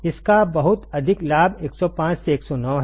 इसका बहुत अधिक लाभ 105 से 109 है